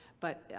but.